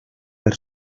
per